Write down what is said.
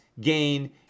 gain